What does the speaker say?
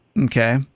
okay